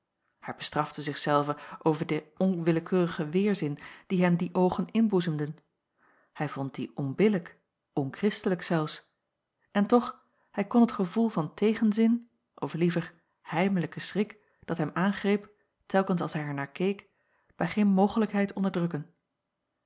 hij bestrafte zich zelven over den onwillekeurigen weêrzin dien hem die oogen inboezemden hij vond dien onbillijk onkristelijk zelfs en toch hij kon het gevoel van tegenzin of liever heimelijken schrik dat hem aangreep telkens als hij er naar keek bij geen mogelijkheid onderdrukken